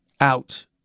out